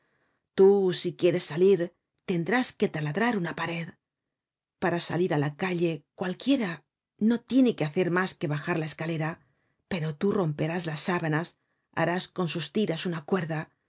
tú si quieres salir tendrás que taladrar una pared para salir á la calle cualquiera no tiene que hacer mas que bajar la escalera pero tú romperás las sábanas harás con sus tiras una cuerda